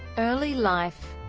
early life